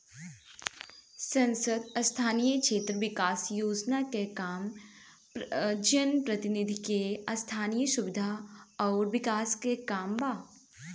सांसद स्थानीय क्षेत्र विकास योजना के काम जनप्रतिनिधि के स्थनीय सुविधा अउर विकास के काम बा